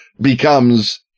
Becomes